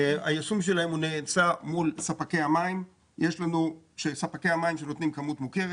היישום שלהן נעשה מול ספקי המים שנותנים כמות מוכרת.